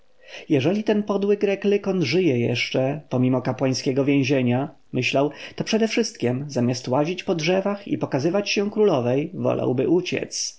jeżeli ten podły grek lykon żyje jeszcze pomimo kapłańskiego więzienia myślał to przedewszystkiem zamiast łazić po drzewach i pokazywać się królowej wolałby uciec